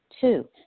Two